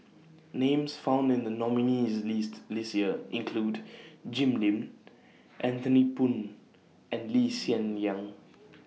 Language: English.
Names found in The nominees' list This Year include Jim Lim Anthony Poon and Lee Hsien Yang